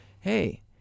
hey